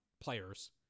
players